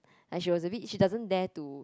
and she was a bit she doesn't dare to